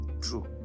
true